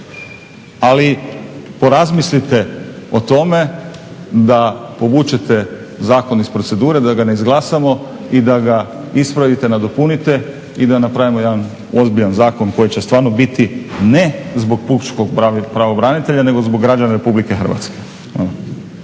Ali porazmislite o tome da povučete zakon iz procedure, da ga ne izglasamo i da ga ispravite, nadopunite i da napravimo jedan ozbiljan zakon koji će stvarno biti ne zbog pučkog pravobranitelja nego zbog građana RH. Hvala.